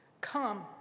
Come